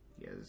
Yes